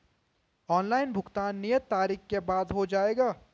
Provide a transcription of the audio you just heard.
Online भुगतान नियत तारीख के बाद हो जाएगा?